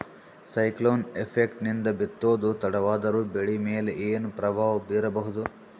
Cyclone effect ನಿಂದ ಬಿತ್ತೋದು ತಡವಾದರೂ ಬೆಳಿ ಮೇಲೆ ಏನು ಪ್ರಭಾವ ಬೀರಬಹುದು?